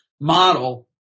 model